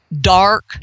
Dark